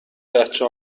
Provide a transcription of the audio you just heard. بچه